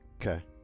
Okay